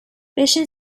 بشین